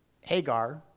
Hagar